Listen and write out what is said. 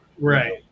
Right